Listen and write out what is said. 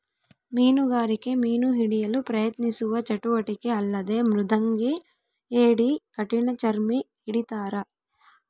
ಮೀನುಗಾರಿಕೆ ಮೀನು ಹಿಡಿಯಲು ಪ್ರಯತ್ನಿಸುವ ಚಟುವಟಿಕೆ ಅಲ್ಲದೆ ಮೃದಂಗಿ ಏಡಿ ಕಠಿಣಚರ್ಮಿ ಹಿಡಿತಾರ